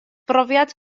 brofiad